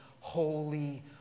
Holy